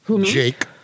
Jake